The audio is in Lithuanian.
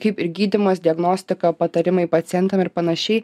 kaip ir gydymas diagnostika patarimai pacientam ir panašiai